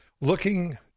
looking